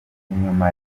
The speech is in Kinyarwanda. inyuma